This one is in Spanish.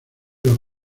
los